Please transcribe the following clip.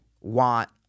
want